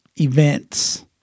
events